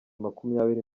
makumyabiri